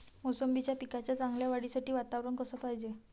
मोसंबीच्या पिकाच्या चांगल्या वाढीसाठी वातावरन कस पायजे?